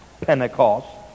Pentecost